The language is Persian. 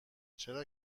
چرا